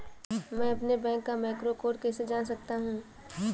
मैं अपने बैंक का मैक्रो कोड कैसे जान सकता हूँ?